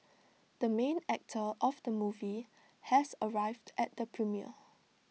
the main actor of the movie has arrived at the premiere